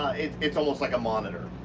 it's almost like a monitor.